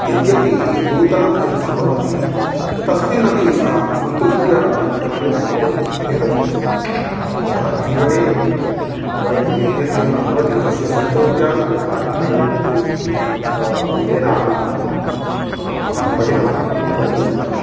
यद्यपि नूतनं यत् सम्भवति तस्मिन् अपि सः सन्तृप्त्या कार्यं कुर्वन् अग्रे गच्छति स्म अतः जीवने वयं यद्यद्भवति तस्य सन्तृप्त्या तत् कार्यं करणीयमिति तेन अहं अहं पठितवान् इति वक्तुं शक्नोमि